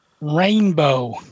Rainbow